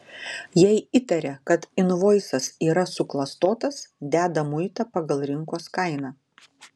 jei įtaria kad invoisas yra suklastotas deda muitą pagal rinkos kainą